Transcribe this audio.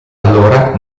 allora